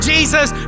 Jesus